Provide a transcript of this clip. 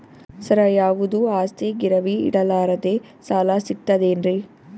ಸರ, ಯಾವುದು ಆಸ್ತಿ ಗಿರವಿ ಇಡಲಾರದೆ ಸಾಲಾ ಸಿಗ್ತದೇನ್ರಿ?